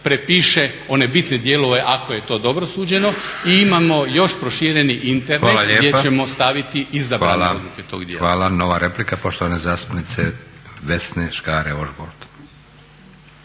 prepiše one bitne dijelove ako je to dobro suđeno. I imamo još prošireni Internet gdje ćemo staviti izabrane odluke. **Leko, Josip (SDP)** Hvala lijepo. Nova replika, poštovana zastupnice Vesne Škare Ožbolt.